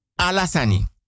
alasani